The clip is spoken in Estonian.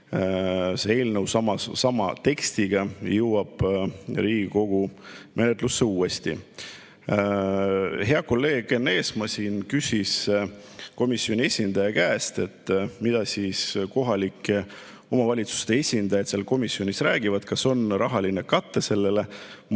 see eelnõu sama tekstiga jõuab uuesti Riigikogu menetlusse. Hea kolleeg Enn Eesmaa küsis komisjoni esindaja käest, mida siis kohalike omavalitsuste esindajad seal komisjonis räägivad, kas on rahaline kate sellele mõttele.